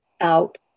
out